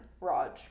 Raj